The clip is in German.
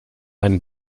einen